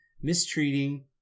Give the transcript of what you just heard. Mistreating